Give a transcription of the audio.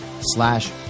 slash